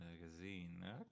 magazine